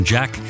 Jack